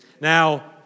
Now